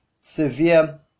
severe